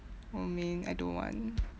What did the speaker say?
oh man I don't want